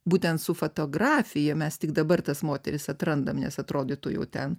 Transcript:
būtent su fotografija mes tik dabar tas moteris atrandam nes atrodytų jau ten